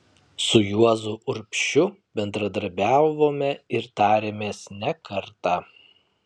su juozu urbšiu bendradarbiavome ir tarėmės ne kartą